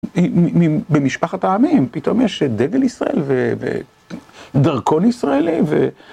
במשפחת העמים, פתאום יש דגל ישראל ודרכון ישראלי ו...